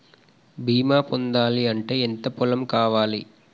బీమా పొందాలి అంటే ఎంత పొలం కావాలి?